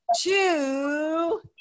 two